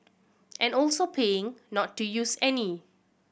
and also paying not to use any